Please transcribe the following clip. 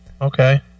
okay